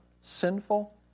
sinful